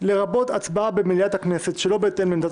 - לרבות הצבעה במליאת הכנסת שלא בהתאם לעמדת